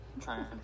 trying